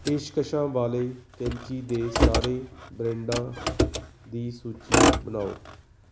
ਪੇਸ਼ਕਸ਼ਾਂ ਵਾਲੇ ਕੈਂਚੀ ਦੇ ਸਾਰੇ ਬ੍ਰੈਂਡਾਂ ਦੀ ਸੂਚੀ ਬਣਾਓ